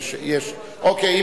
אין